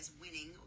winning